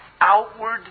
outward